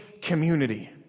community